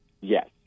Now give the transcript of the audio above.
Yes